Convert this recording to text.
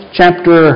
chapter